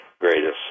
greatest